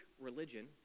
religion